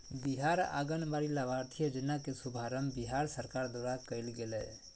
बिहार आंगनबाड़ी लाभार्थी योजना के शुभारम्भ बिहार सरकार द्वारा कइल गेलय